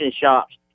shops